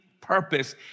purpose